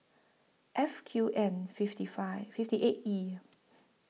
F Q N fifty five fifty eight E